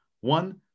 one